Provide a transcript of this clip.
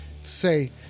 Say